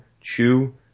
chew